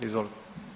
Izvolite.